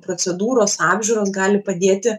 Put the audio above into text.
procedūros apžiūros gali padėti